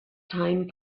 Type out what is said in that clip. time